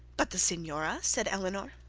but the signora said eleanor.